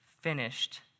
finished